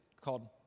called